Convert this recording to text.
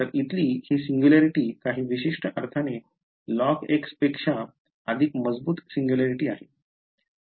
तर इथली ही सिंग्युलॅरिटी काही विशिष्ट अर्थाने log पेक्षा अधिक मजबूत सिंग्युलॅरिटी आहे